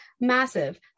massive